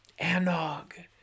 anog